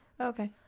Okay